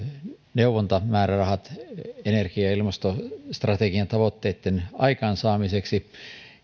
neuvontamäärärahat energia ja ilmastostrategian tavoitteitten aikaansaamiseksi